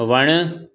वणु